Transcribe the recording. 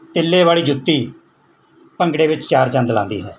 ਤਿੱਲੇ ਵਾਲੀ ਜੁੱਤੀ ਭੰਗੜੇ ਵਿੱਚ ਚਾਰ ਚੰਦ ਲਾਉਂਦੀ ਹੈ